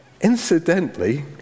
Incidentally